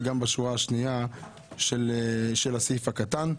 וגם בשורה השנייה של הסעיף הקטן.